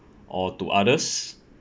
or to others